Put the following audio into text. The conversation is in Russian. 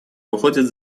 выходит